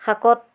শাকত